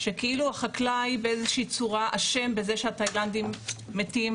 שכאילו החקלאי אשם באיזושהי צורה בזה שהתאילנדים מתים